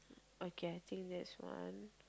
okay I think that's one